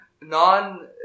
non